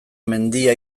mendia